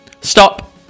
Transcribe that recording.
Stop